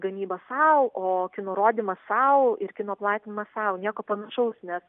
gamyba sau o kino nurodymas sau ir kino platinimas sau nieko panašaus nes